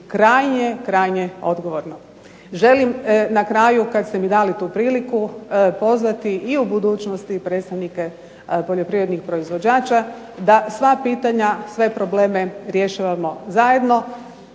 odnositi krajnje odgovorno. Želim na kraju kad ste mi dali tu priliku pozvati i u budućnosti predstavnike poljoprivrednih proizvođača da sva pitanja, sve probleme rješavamo zajedno,